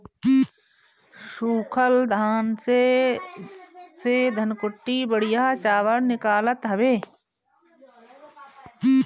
सूखल धान से धनकुट्टी बढ़िया चावल निकालत हवे